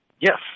Yes